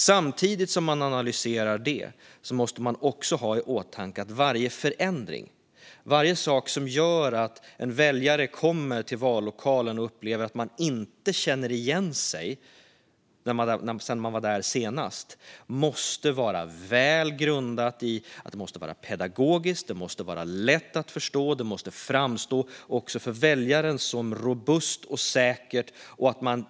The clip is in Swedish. Samtidigt som man analyserar detta måste man ha i åtanke att varje förändring, varje sak som gör att väljare som kommer till vallokalen upplever att de inte känner igen sig sedan de var där senast, måste vara välgrundad. Det ska vara pedagogiskt och lätt att förstå, och det måste framstå som robust och säkert för väljarna.